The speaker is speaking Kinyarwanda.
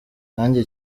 nanjye